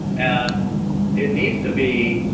and it needs to be.